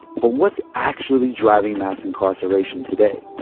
but what's actually driving mass incarceration today?